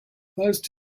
most